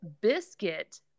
biscuit